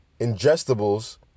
ingestibles